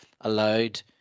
allowed